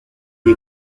est